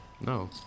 No